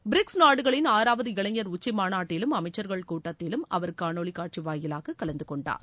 BRICS நாடுகளின் ஆறாவது இளைஞர் உச்சி மாநாட்டிலும் அமைச்சர்கள் கூட்டத்திலும் அவர் காணொலி காட்சி வாயிலாகக் கலந்து கொண்டார்